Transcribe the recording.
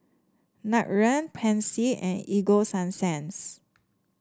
Nutren Pansy and Ego Sunsense